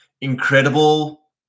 incredible